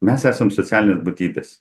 mes esam socialinės būtybės